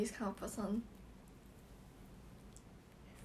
他一直讲 valerie valerie valerie valerie cheated on him